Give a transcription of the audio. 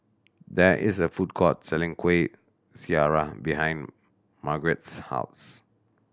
there is a food court selling Kuih Syara behind Margurite's house